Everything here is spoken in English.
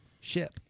ship